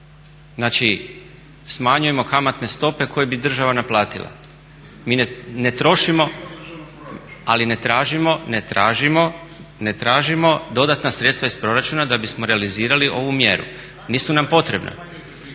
Znači, smanjujemo kamatne stope koje bi država naplatila. Mi ne trošimo … …/Upadica Šuker, ne čuje se./… … ali ne tražimo dodatna sredstva iz proračuna da bismo realizirali ovu mjeru, nisu nam potrebna.